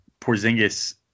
Porzingis